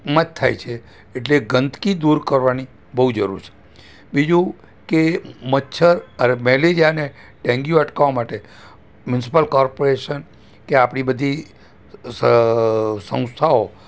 માં જ થાય છે એટલે ગંદકી દૂર કરવાની બહુ જરૂર છે બીજું કે મચ્છર અરે મેલેરિયા ને ડેન્ગ્યુ અટકાવવા માટે મ્યુનસિપાલ કોર્પોરેસન કે આપણી બધી સંસ્થાઓ